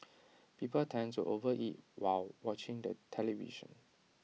people tend to overeat while watching the television